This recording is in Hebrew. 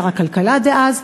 שר הכלכלה דאז,